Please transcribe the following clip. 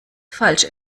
falsch